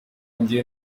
njye